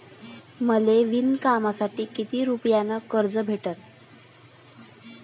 मले विणकामासाठी किती रुपयानं कर्ज भेटन?